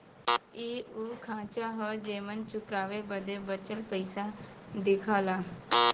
इ उ खांचा हौ जेमन चुकाए बदे बचल पइसा दिखला